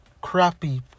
crappy